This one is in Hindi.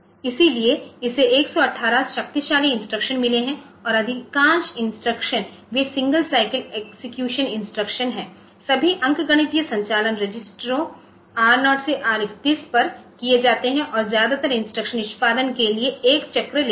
इसलिए इसे 118 शक्तिशाली इंस्ट्रक्शन मिले हैं और अधिकांश इंस्ट्रक्शन वे सिंगल साइकिल एक्सेक्यूशन इंस्ट्रक्शन हैं सभी अंकगणितीय संचालन रजिस्टरों R0 से R31 पर किए जाते हैं और ज्यादातर इंस्ट्रक्शन निष्पादन के लिए एक चक्र लेते हैं